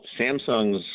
Samsung's